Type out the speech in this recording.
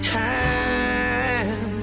time